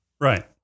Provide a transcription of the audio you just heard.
right